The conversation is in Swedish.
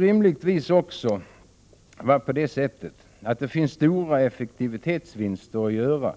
Rimligtvis måste det också finnas stora effektivitetsvinster att göra